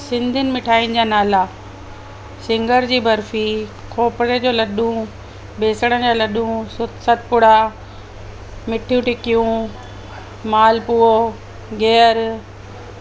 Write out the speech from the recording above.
सिंधीयुन मिठाइण जा नाला सिङर जी बरफी खोपरे जो लॾूं बेसण जा लॾूं सुत सतपुड़ा मिठियूं टिकियूं मालपुओ गीहर